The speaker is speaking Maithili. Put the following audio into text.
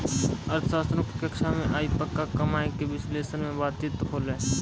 अर्थशास्त्रो के कक्षा मे आइ पक्का कमाय के विश्लेषण पे बातचीत होलै